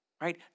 right